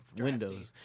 windows